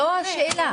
זאת השאלה.